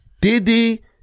Diddy